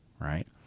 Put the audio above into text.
right